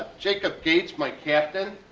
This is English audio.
jacob gates, my captain.